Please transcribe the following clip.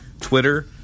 Twitter